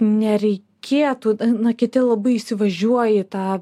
nereikėtų na kiti labai įsivažiuoja į tą